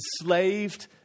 enslaved